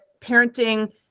parenting